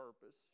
purpose